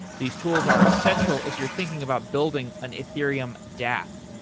these tools are essential if you're thinking about building an ethereum dapp.